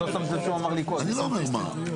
תן לי, ברגע שתגיד לי, אני אגיד לפרוטוקול.